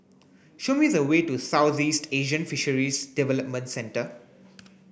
show me the way to Southeast Asian Fisheries Development Centre